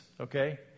okay